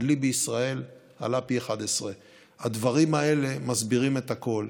הדלי בישראל עלה פי 11. הדברים האלה מסבירים את הכול.